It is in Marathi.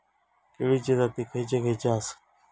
केळीचे जाती खयचे खयचे आसत?